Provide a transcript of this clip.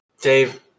Dave